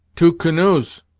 two canoes,